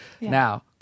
now